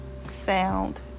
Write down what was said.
sound